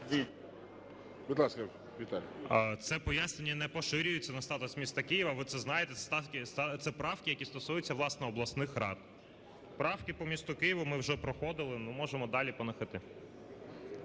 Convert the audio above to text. Це пояснення не поширюється на статус міста Києва. Ви це знаєте. Це правки, які стосуються, власне, обласних рад. Правки по місту Києву ми вже проходили, ми можемо далі по них іти.